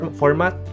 format